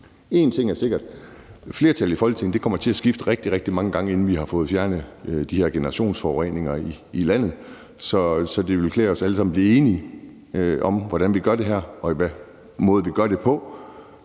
én ting er sikkert: Flertallet i Folketinget kommer til at skifte rigtig, rigtig mange gange, inden vi har fået fjernet de her generationsforureninger i landet. Så det ville klæde os alle sammen at blive enige om, hvordan vi gør det her, og hvilken måde vi gør det på.